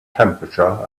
temperature